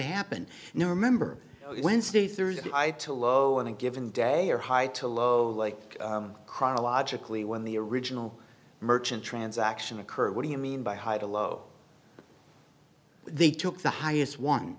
happened you know remember wednesday thursday i had to low and a given day or high to low like chronologically when the original merchant transaction occurred what do you mean by high to low they took the highest one